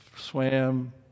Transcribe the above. swam